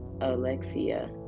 Alexia